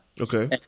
Okay